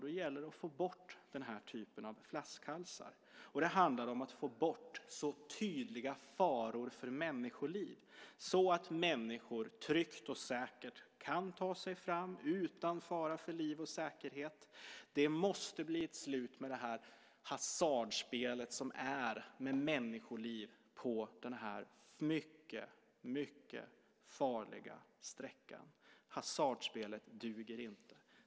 Då gäller det att få bort den här typen av flaskhalsar, och det handlar om att få bort tydliga faror för människoliv, så att människor tryggt och säkert kan ta sig fram utan fara för liv och säkerhet. Det måste bli ett slut på hasardspelet med människoliv på den här mycket farliga sträckan. Hasardspelet duger inte.